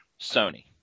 Sony